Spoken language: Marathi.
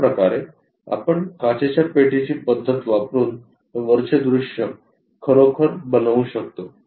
अशा प्रकारे आपण काचेच्या पेटीची पद्धत वापरुन हे वरचे दृश्य खरोखर बनवू शकतो